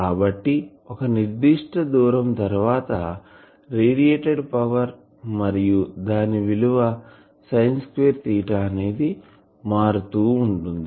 కాబట్టి ఒక నిర్దిష్ట దూరం తర్వాత రేడియేటెడ్ పవర్ మరియు దాని విలువ సైన్ స్క్వేర్ తీటా అనేది మారుతూ ఉంటుంది